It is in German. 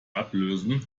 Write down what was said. ablösen